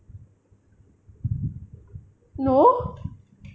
no